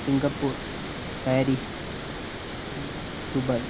Singapore Paris Dubai